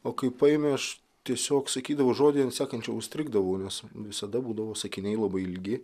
o kai paėmė aš tiesiog sakydavau žodį ant sekančio užstrigdavau nes visada būdavo sakiniai labai ilgi